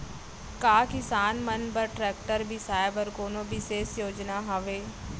का किसान मन बर ट्रैक्टर बिसाय बर कोनो बिशेष योजना हवे?